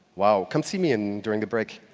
wow, come see me and during the break.